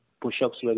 push-ups